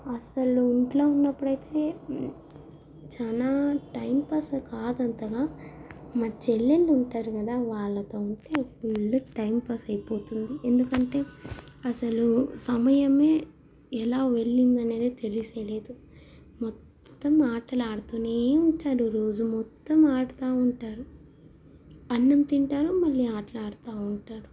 అసలు ఇంట్లో ఉన్నప్పుడు అయితే చానా టైంపాస్ కాదంతగా మా చెల్లెళ్ళు ఉంటారు కదా వాళ్ళతో అయితే ఫుల్ టైంపాస్ అయిపోతుంది ఎందుకంటే అసలు సమయమే ఎలా వెళ్ళింది అనేదే తెలిసెలేదు మొత్తం మాట్లాడుతూనే ఉంటారు రోజు మొత్తం ఆడుతూ ఉంటారు అన్నం తింటారు మళ్ళీ ఆట్లాడుతా ఉంటారు